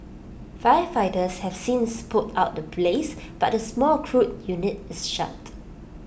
firefighters have since put out the blaze but the small crude unit is shut